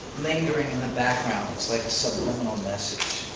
lingering in the background. it's like a subliminal message.